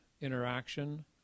interaction